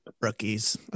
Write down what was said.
Rookies